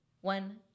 one